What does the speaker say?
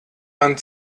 man